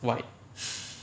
white